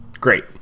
Great